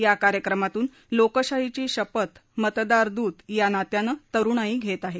या कार्यक्रमातून लोकशाहीची शपथ मतदार दूत या नात्यानं तरुणाई घेत आहे